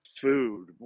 food